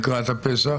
לקראת הפסח?